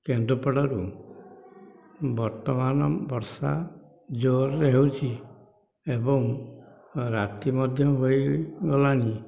କେନ୍ଦ୍ରାପଡ଼ାରୁ ବର୍ତ୍ତମାନ ବର୍ଷା ଜୋରରେ ହେଉଛି ଏବଂ ରାତି ମଧ୍ୟ ହୋଇଗଲାଣି